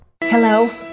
Hello